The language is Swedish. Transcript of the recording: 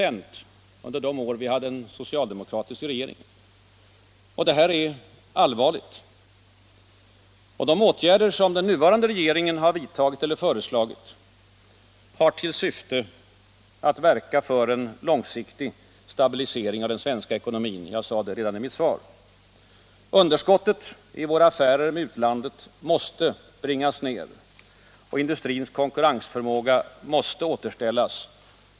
Det var under de år då vi hade en socialdemokratisk regering. Detta är allvarligt. De åtgärder den nuvarande regeringen har vidtagit eller föreslagit har till syfte att medverka till en långsiktig stabilisering av den svenska ekonomin. Jag sade det redan i mitt svar. Underskottet i våra affärer med utlandet måste bringas ner och industrins konkurrensförmåga måste återställas.